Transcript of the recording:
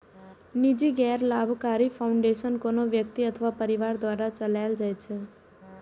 निजी गैर लाभकारी फाउंडेशन कोनो व्यक्ति अथवा परिवार द्वारा चलाएल जाइ छै